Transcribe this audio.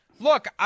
look